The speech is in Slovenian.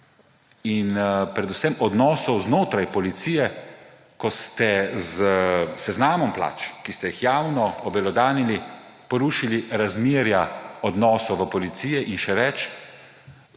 in predvsem odnosov znotraj policije, ko ste s seznamom plač, ki ste jih javno obelodanili, porušili razmerja odnosov v policiji. In še več,